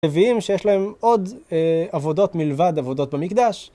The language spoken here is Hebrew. נביאים שיש להם עוד עבודות מלבד עבודות במקדש